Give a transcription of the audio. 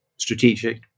Strategic